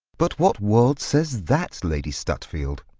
but what world says that, lady stutfield?